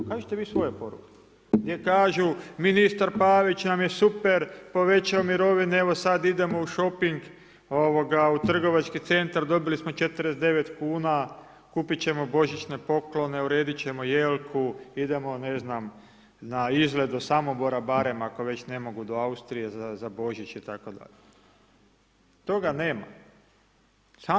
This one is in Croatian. Pokažite vi svoje poruke gdje kažu ministar Pavić nam je super, povećao mirovine, evo sad idemo u šoping, ovoga, u trgovački centar, dobili smo 49,00 kn, kupiti ćemo božićne poklone, urediti ćemo jelku, idemo, ne znam, na izlet do Samobora barem, ako već ne mogu do Austrije za Božić itd., toga nema.